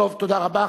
תודה רבה.